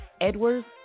Edwards